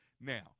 Now